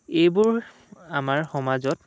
এইবোৰ আমাৰ সমাজত